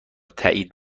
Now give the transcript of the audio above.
تایید